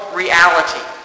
reality